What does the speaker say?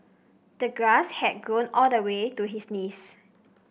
the grass had grown all the way to his knees